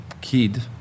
kid